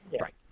right